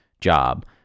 job